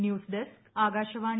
news desk Akashvani